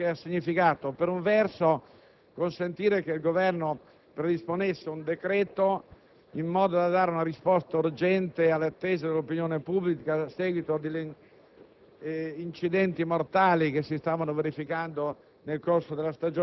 manifestata e praticata dal Ministro in questa occasione - e che ha significato, per un verso, consentire che il Governo predisponesse un decreto-legge in modo da dare una risposta urgente alle attese dell'opinione pubblica a seguito degli